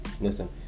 listen